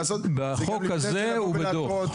בחוק הזה, סמכותו היא דוח.